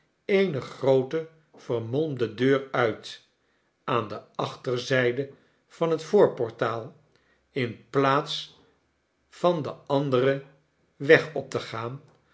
eene groote vermolmde deur uit aan de achterzijde van het voorportaal in plaats van den anderen weg op te gaan